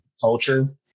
culture